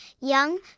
young